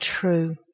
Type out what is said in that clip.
true